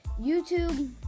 YouTube